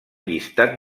llistat